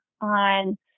on